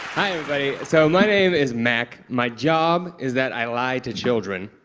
hi everybody. so my name is mac. my job is that i lie to children,